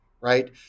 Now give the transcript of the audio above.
right